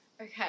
Okay